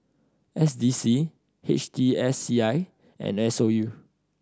S D C H T S C I and S O U